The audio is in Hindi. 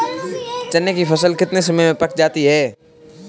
चने की फसल कितने समय में पक जाती है?